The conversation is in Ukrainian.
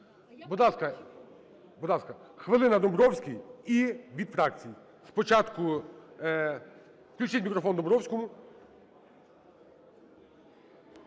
будь ласка, хвилина – Домбровський, і від фракцій. Спочатку включіть мікрофон Домбровському.